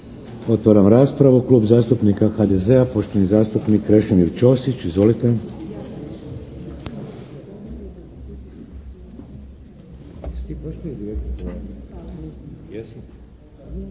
Otvaram raspravu. Klub zastupnika HDZ-a, poštovani zastupnik Krešimir Ćosić. Izvolite.